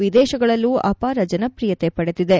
ವಿದೇಶಗಳಲ್ಲೂ ಅಪಾರ ಜನಪ್ರಿಯತೆ ಪಡೆದಿದೆ